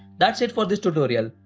that's it for this tutorial,